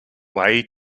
way